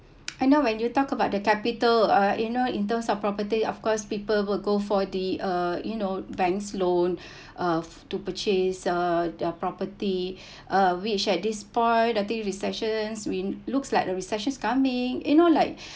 I know when you talk about the capital uh you know in terms of property of course people will go for the uh you know banks loan uh to purchase uh their property uh which at this point the thing recession we looks like a recession coming you know like